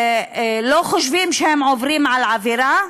לא חושבים שהם עוברים עבירה,